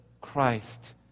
Christ